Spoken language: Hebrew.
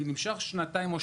זה נמשך כשנתיים-שלוש,